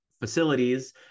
facilities